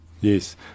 yes